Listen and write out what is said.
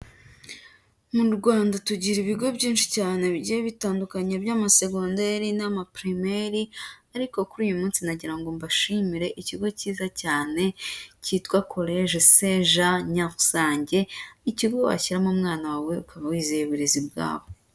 Mu Rwanda tugira ibigo byinshi cyane bigiye bitandukanye by'amasegondari n'ama pirimeri, ariko kuri uyu munsi nagira ngo mbashimire ikigo cyiza cyane cyitwa College Saint Jean Nyarusange, ikigo washyiramo umwana wawe ukaba wizeye uburezi bwaho.